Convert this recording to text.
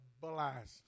blast